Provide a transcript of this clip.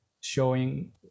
showing